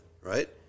right